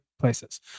places